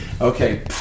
Okay